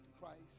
Christ